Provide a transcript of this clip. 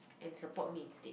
and support me instead